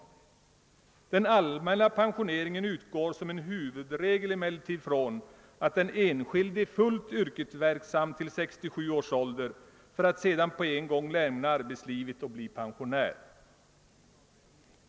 Beträffande den allmänna pensioneringen utgår man från huvudregeln att den enskilde är fullt yrkesverksam till 67 års ålder för att sedan på en gång lämna arbetslivet och bli pensionär.